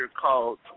called